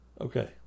Okay